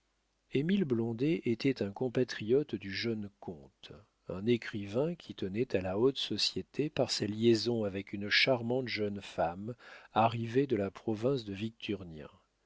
blondet émile blondet était un compatriote du jeune comte un écrivain qui tenait à la haute société par sa liaison avec une charmante jeune femme arrivée de la province de victurnien